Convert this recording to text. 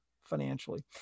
financially